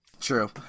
True